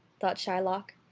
thought shylock,